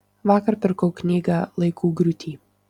vakar pirkau knygą laikų griūty